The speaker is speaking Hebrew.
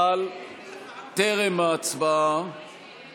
טרם ההצבעה